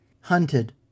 Hunted